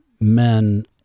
men